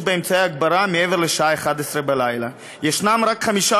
באמצעי הגברה מעבר לשעה 23:00. ישנם רק חמישה